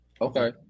Okay